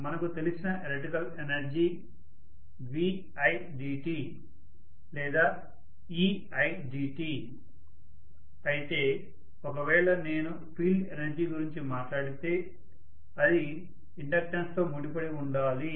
మనకు తెలిసిన electrical energy Vidt లేదా Eidt అయితే ఒకవేళ నేను ఫీల్డ్ ఎనర్జీ గురించి మాట్లాడితే అది ఇండక్టెన్స్తో ముడిపడి ఉండాలి